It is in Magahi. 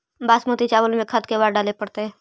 बासमती चावल में खाद के बार डाले पड़तै?